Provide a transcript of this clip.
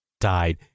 died